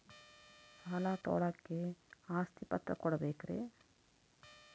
ಸಾಲ ತೋಳಕ್ಕೆ ಆಸ್ತಿ ಪತ್ರ ಕೊಡಬೇಕರಿ?